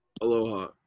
Aloha